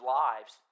lives